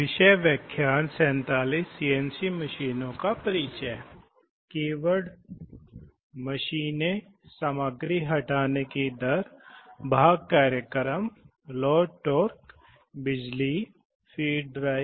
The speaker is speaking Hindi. कीवर्ड प्रवाह दर गति नियंत्रण प्रवाह नियंत्रण वाल्व मोटर हाइड्रोलिक्स निकास वाल्व स्थिति